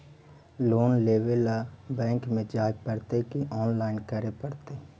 Loan लेवे ल bank में जाय पड़तै कि औनलाइन करे पड़तै?